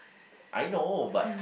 I know but